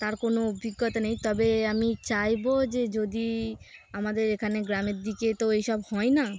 তার কোনো অভিজ্ঞতা নেই তবে আমি চাইব যে যদি আমাদের এখানে গ্রামের দিকে তো এইসব হয় না